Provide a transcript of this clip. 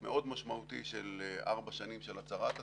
מאוד משמעותי של ארבע שנים של הצערת הצבא,